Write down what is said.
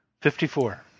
Fifty-four